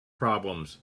problems